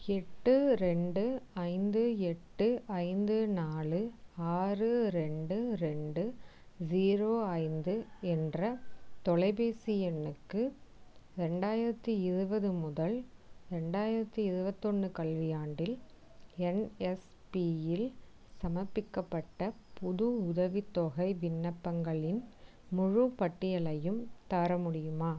எட்டு ரெண்டு ஐந்து எட்டு ஐந்து நாலு ஆறு ரெண்டு ரெண்டு ஜீரோ ஐந்து என்ற தொலைபேசி எண்ணுக்கு ரெண்டாயிரத்து இருபது முதல் ரெண்டாயிரத்து இருவத்தொன்று கல்வியாண்டில் என்எஸ்பியில் சமர்ப்பிக்கப்பட்ட புது உதவித்தொகை விண்ணப்பங்களின் முழுப்பட்டியலையும் தர முடியுமா